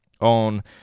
on